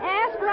ask